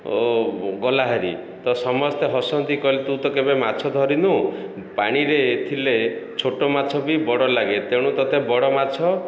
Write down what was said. ଓ ଗଲାହେରି ତ ସମସ୍ତେ ହସନ୍ତି କହିଲେ ତୁ ତ କେବେ ମାଛ ଧରିନୁ ପାଣିରେ ଥିଲେ ଛୋଟ ମାଛ ବି ବଡ଼ ଲାଗେ ତେଣୁ ତତେ ବଡ଼ ମାଛ